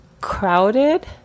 crowded